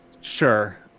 Sure